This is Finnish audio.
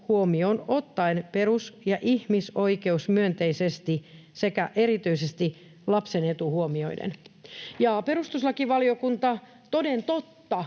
huomioon ottaen perus- ja ihmisoikeusmyönteisesti sekä erityisesti lapsen etu huomioiden. Perustuslakivaliokunta toden totta